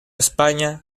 españa